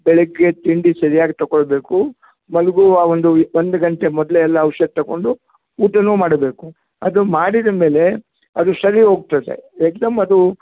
ಬೆಳಗ್ಗೆ ತಿಂಡಿ ಸರಿಯಾಗಿ ತಗೊಳ್ಬೇಕು ಮಲಗುವ ಒಂದು ಒಂದು ಗಂಟೆ ಮೊದಲೇ ಎಲ್ಲ ಔಷಧ ತಗೊಂಡು ಊಟನೂ ಮಾಡಬೇಕು ಅದು ಮಾಡಿದ ಮೇಲೆ ಅದು ಸರಿ ಹೋಗ್ತದೆ ಏಕ್ದಮ್ ಅದು